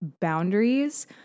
boundaries